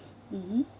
mmhmm